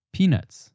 Peanuts